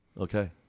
Okay